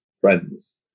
friends